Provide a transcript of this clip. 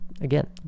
again